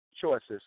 choices